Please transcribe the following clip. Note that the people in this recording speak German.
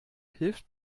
hilft